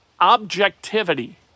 objectivity